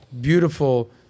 beautiful